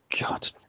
God